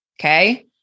Okay